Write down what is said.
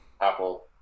Apple